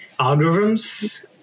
algorithms